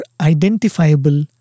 identifiable